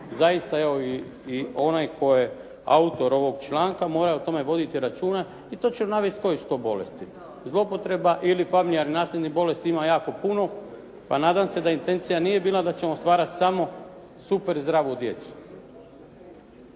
Zaista evo i onaj tko je autor ovog članka mora o tome voditi računa i točno navesti koje su to bolesti? Zloupotreba ili familijarno nasljednih bolesti ima jako puno pa nadam se da intencija nije bila da ćemo stvarati samo super zdravu djecu.